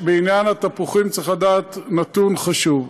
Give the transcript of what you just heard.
בעניין התפוחים, צריך לדעת נתון חשוב.